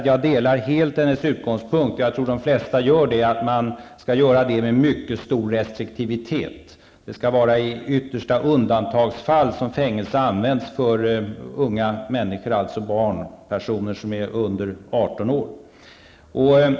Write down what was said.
Jag delar helt hennes utgångspunkt -- jag tror att de flesta gör det -- att fängelse skall användas med stor restriktivitet. Fängelse skall användas i yttersta undantagsfall för unga människor, dvs. barn, under 18 år.